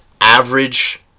average